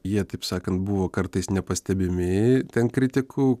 jie taip sakant buvo kartais nepastebimi ten kritikų